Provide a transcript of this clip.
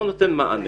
זה לא ייתן מענה.